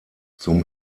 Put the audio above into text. zum